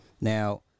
Now